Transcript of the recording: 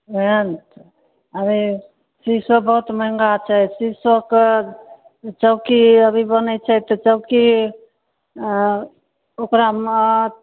ओएह ने तऽ अभी शीशो बहुत महङ्गा छै शीशो कऽ चौकी अभी बनैत छै तऽ चौकी ओकरामे